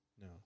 No